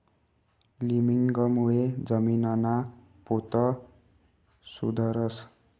लिमिंगमुळे जमीनना पोत सुधरस